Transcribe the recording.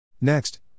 Next